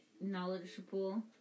knowledgeable